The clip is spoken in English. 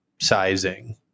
sizing